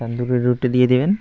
তান্দুরি রুটি দিয়ে দেবেন